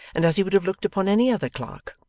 and as he would have looked upon any other clerk.